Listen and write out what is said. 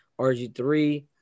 RG3